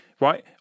right